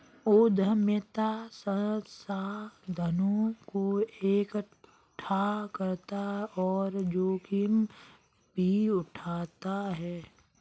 उद्यमिता संसाधनों को एकठ्ठा करता और जोखिम भी उठाता है